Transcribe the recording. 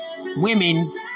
women